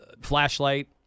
flashlight